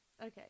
Okay